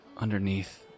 Underneath